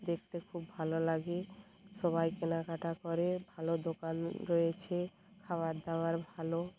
দেখতে খুব ভালো লাগে সবাই কেনাকাটা করে ভালো দোকান রয়েছে খাবার দাবার ভালো